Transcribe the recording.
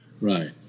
right